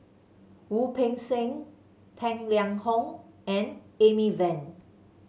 Wu Peng Seng Tang Liang Hong and Amy Van